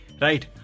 right